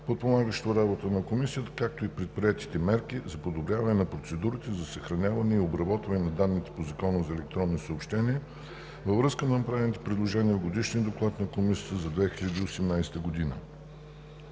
подпомагащо работата на Комисията, както и предприетите мерки за подобряване на процедурите за съхраняване и обработване на данните по Закона за електронните съобщения във връзка с направените предложения в годишния доклад на Комисията за 2018 г.